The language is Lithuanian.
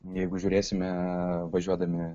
jeigu žiūrėsime važiuodami